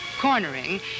cornering